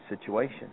situation